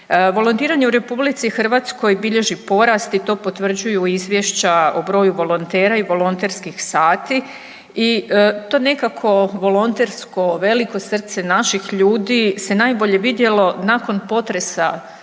Volontiranje u RH bilježi porast i to potvrđuju izvješća o broju volontera i volonterskih sati. I to nekako volontersko veliko srce naših ljudi se najbolje vidjelo nakon potresa